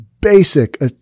basic